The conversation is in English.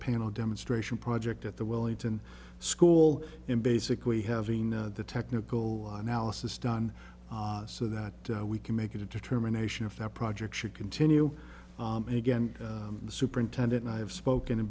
panel demonstration project at the wellington school in basically having the technical analysis done so that we can make a determination of the project should continue and again the superintendent and i have spoken to